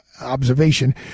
observation